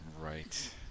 Right